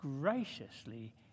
graciously